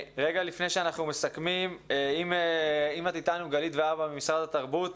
רגע לפני שאנחנו מסכמים, גלית והבה ממשרד התרבות,